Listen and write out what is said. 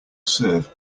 serve